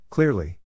Clearly